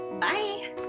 bye